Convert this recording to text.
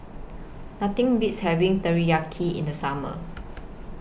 Nothing Beats having Teriyaki in The Summer